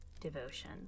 devotion